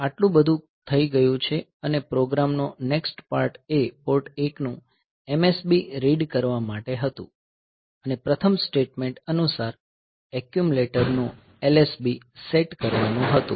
આટલું બધું થઈ ગયું છે અને પ્રોગ્રામનો નેક્સ્ટ પાર્ટ એ પોર્ટ 1 નું MSB રીડ કરવા માટે હતું અને પ્રથમ સ્ટેટમેંટ અનુસાર એક્યુમ્યુલેટરનું LSB સેટ કરવાનું હતું